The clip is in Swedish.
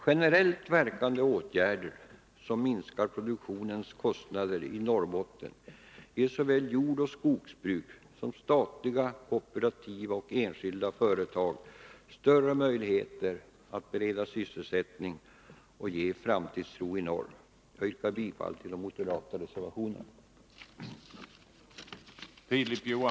Generellt verkande åtgärder, som minskar produktionens kostnader i Norrbotten, ger såväl jordoch skogsbruk som statliga, kooperativa och enskilda företag större möjligheter att bereda sysselsättning, och de ger framtidstro i norr. Jag yrkar bifall till de moderata reservationerna.